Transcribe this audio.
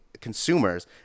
consumers